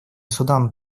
судан